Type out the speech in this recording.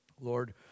Lord